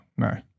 No